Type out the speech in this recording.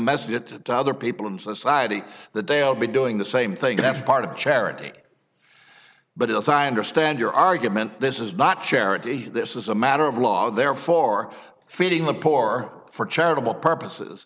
message that to other people in society that they'll be doing the same thing that's part of charity but as i understand your argument this is not charity this is a matter of law therefore feeding the poor or for charitable purposes